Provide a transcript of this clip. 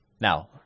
Now